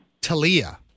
Talia